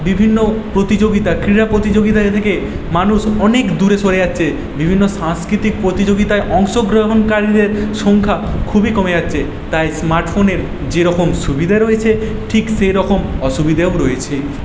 বিভিন্ন প্রতিযোগীতা ক্রীড়া প্রতিযোগীতা থেকে মানুষ অনেক দূরে সরে যাচ্ছে বিভিন্ন সাংস্কৃতিক প্রতিযোগিতায় অংশ গ্রহণকারীদের সংখ্যা খুবই কমে যাচ্ছে তাই স্মার্ট ফোনের যেরকম সুবিধা রয়েছে ঠিক সেই রকম অসুবিধেও রয়েছে